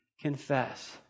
confess